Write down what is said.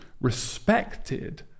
respected